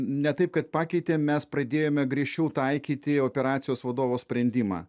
ne taip kad pakeitėm mes pradėjome griežčiau taikyti operacijos vadovo sprendimą